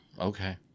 Okay